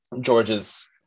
George's